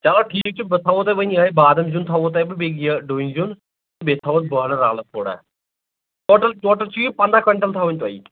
چلو ٹھیٖک چھُ بہٕ تھَوو تۄہہِ وۅنۍ یِہَے بادام زِیُن تھاوو تۄہہِ بہٕ بیٚیہِ یہِ ڈوٗنۍ زِیُن بیٚیہِ تھاوو بۄہڑٕ رلہٕ تھوڑا ٹوٹل ٹوٹل چھِ یہِ پنٛداہ کۄینٛٹل تھاوٕنۍ تۄہہِ یہِ